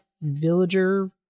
villager